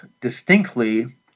distinctly